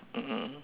mm mm